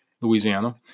Louisiana